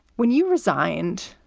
when you resigned.